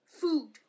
food